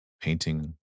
painting